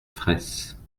fraysse